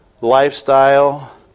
lifestyle